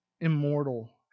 immortal